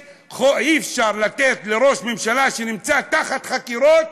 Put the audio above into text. ואי-אפשר לתת לראש ממשלה שנמצא תחת חקירות,